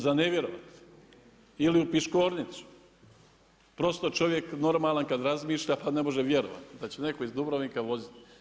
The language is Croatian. Za ne vjerovat ili u Piškornicu, prosto čovjek normalan kada razmišlja pa ne može vjerovat da će neko iz Dubrovnika voziti.